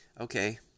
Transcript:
okay